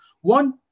one